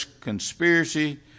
conspiracy